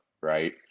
right